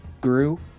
grew